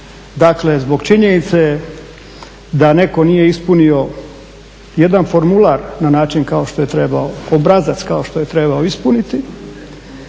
Dakle, zbog činjenice da netko nije ispunio jedan formular na način kao što je trebao, obrazac kao što je trebao ispuniti